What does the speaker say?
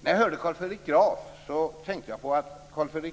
När jag hörde Carl Fredrik Graf tänkte